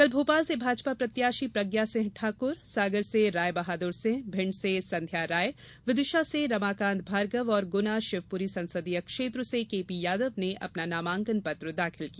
कल भोपाल से भाजपा प्रत्याशी प्रज्ञा सिंह ठाक्र सागर से राय बहादुर सिंह भिण्ड से संध्या राय विदिशा से रमाकांत भार्गव और गुना शिवपुरी संसदीय क्षेत्र से केपी यादव ने अपना नामांकन पत्र दाखिल किया